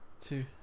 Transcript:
two